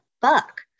fuck